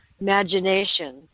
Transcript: Imagination